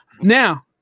Now